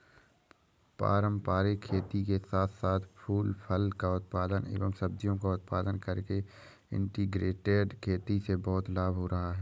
पारंपरिक खेती के साथ साथ फूल फल का उत्पादन एवं सब्जियों का उत्पादन करके इंटीग्रेटेड खेती से बहुत लाभ हो रहा है